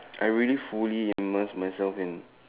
I really fully immerse myself in